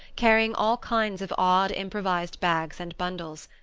carrying all kinds of odd improvised bags and bundles.